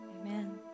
Amen